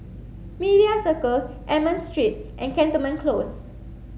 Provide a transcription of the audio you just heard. Media Circle Almond Street and Cantonment Close